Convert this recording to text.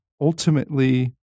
ultimately